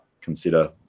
consider